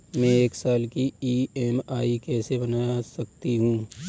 मैं एक साल की ई.एम.आई कैसे बना सकती हूँ?